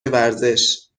ورزش